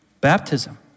Baptism